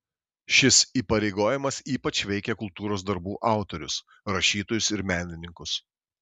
šis įpareigojimas ypač veikia kultūros darbų autorius rašytojus ir menininkus